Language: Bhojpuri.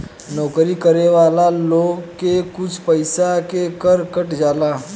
नौकरी करे वाला लोग के कुछ पइसा के कर कट जाला